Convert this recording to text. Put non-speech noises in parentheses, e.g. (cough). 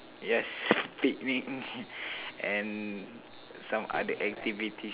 yes picnic (noise) and some other activities